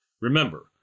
Remember